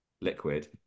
liquid